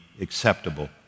acceptable